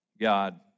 God